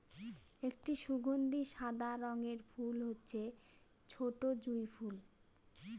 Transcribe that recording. একটি সুগন্ধি সাদা রঙের ফুল হচ্ছে ছোটো জুঁই ফুল